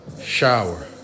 Shower